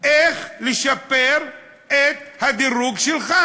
איך לשפר את הדירוג שלו.